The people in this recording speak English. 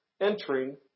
entering